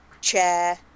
chair